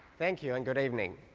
thank you and good evening.